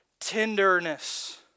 tenderness